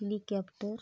helicopter